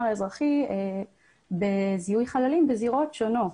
האזרחי בזיהוי חללים בזירות שונות,